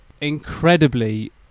incredibly